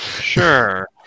Sure